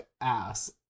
ass